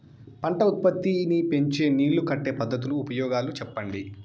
పంట ఉత్పత్తి నీ పెంచే నీళ్లు కట్టే పద్ధతుల ఉపయోగాలు చెప్పండి?